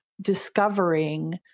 discovering